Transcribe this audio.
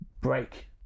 break